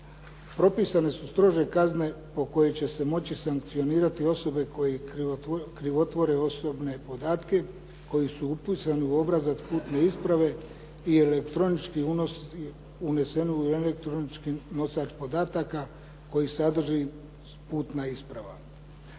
Propisane su strože kazne po kojima će se moći sankcionirati osobe koje krivotvore osobne podatke koji su upisani u obrazac putne isprave i elektronički unos uneseno u elektronički nosač podataka koji sadrži putna isprava.